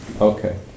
Okay